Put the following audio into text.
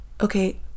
okay